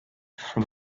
from